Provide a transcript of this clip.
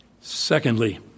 Secondly